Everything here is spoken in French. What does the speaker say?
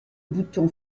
bouton